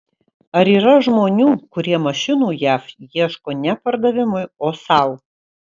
ar yra žmonių kurie mašinų jav ieško ne pardavimui o sau